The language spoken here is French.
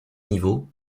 niveaux